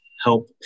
help